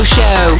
Show